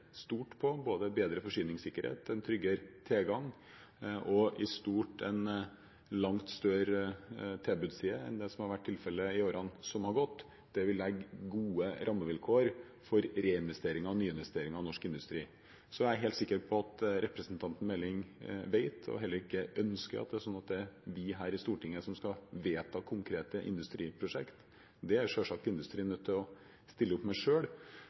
stort på både bedre forsyningssikkerhet, en tryggere tilgang og i stort en langt større tilbudsside enn det som har vært tilfellet i årene som har gått. Det vil legge gode rammevilkår for reinvesteringer og nyinvesteringer i norsk industri. Så er jeg helt sikker på at representanten Meling heller ikke ønsker at det er vi her i Stortinget som skal vedta konkrete industriprosjekt. Det er selvsagt industrien nødt til å stille opp